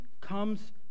comes